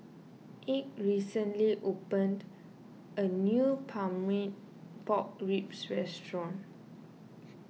Ike recently opened a new Pork Ribs Restaurant